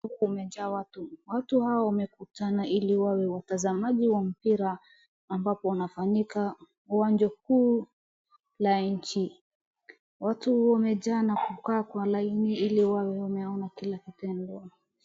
Huku kumejaa watu. Watu hawa wamekutana ili wawe watazamaji wa mpira ambapo unafanyika uwanja kuu la nchi. Watu wamejaa na kukaa kwa laini ili wawe wameona kila kitendo.